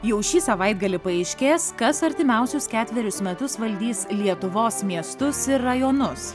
jau šį savaitgalį paaiškės kas artimiausius ketverius metus valdys lietuvos miestus ir rajonus